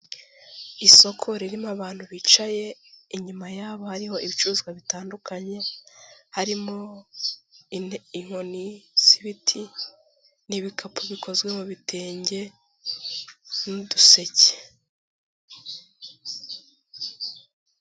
Isoko ririmo abantu bicaye inyuma yabo harimo ibicuruzwa bitandukanye, harimo inkoni z'ibiti n'ibikapu bikozwe mu bitenge n'uduseke.